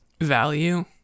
value